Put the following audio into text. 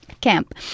camp